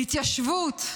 להתיישבות,